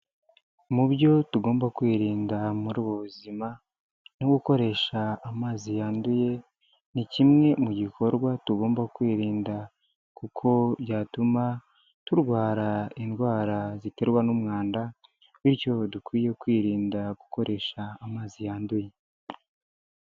Mu byo tugomba kwirinda muri ubu buzima no gukoresha amazi yanduye ni kimwe mu bikorwa tugomba kwirinda, kuko byatuma turwara indwara ziterwa n'umwanda, bityo dukwiye kwirinda gukoresha amazi yanduye.